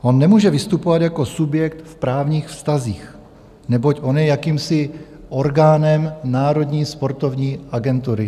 On nemůže vystupovat jako subjekt v právních vztazích, neboť on je jakýmsi orgánem Národní sportovní agentury.